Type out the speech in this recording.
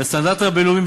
לסטנדרטים הבין-לאומיים,